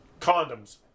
Condoms